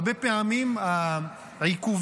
הרבה פעמים העיכובים,